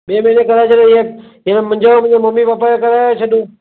ॿिए महिने कराए छॾे हींअर हींअर मुंहिंजो ऐं मुंहिंजे मम्मी पापा जो कराए था छॾूं